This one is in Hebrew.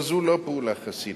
או זו לא פעולה חסינה.